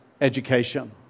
education